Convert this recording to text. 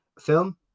film